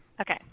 Okay